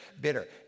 bitter